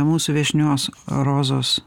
mūsų viešnios rozos